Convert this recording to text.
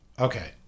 okay